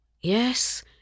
Yes